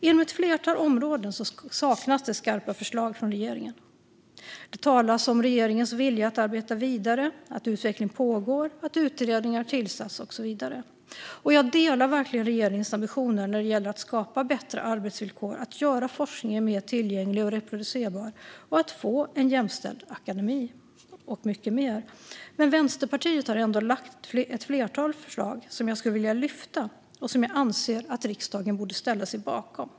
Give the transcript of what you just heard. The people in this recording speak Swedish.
Inom ett flertal områden saknas skarpa förslag från regeringen. Det talas om regeringens vilja att arbeta vidare, att utveckling pågår, att utredningar tillsatts och så vidare. Jag delar verkligen regeringens ambitioner när det gäller att skapa bättre arbetsvillkor, göra forskningen mer tillgänglig och reproducerbar, få en jämställd akademi och mycket mer. Men jag skulle ändå vilja lyfta fram ett flertal förslag från Vänsterpartiet som jag anser att riksdagen borde ställa sig bakom.